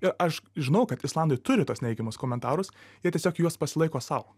ir aš žinau kad islandai turi tuos neigiamus komentarus jie tiesiog juos pasilaiko sau